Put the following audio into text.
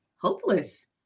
hopeless